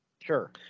Sure